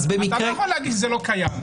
אתה לא יכול לומר שזה לא קיים.